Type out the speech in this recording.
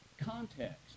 context